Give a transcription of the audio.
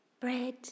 Bread